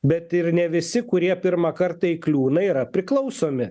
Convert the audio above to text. bet ir ne visi kurie pirmą kartą įkliūna yra priklausomi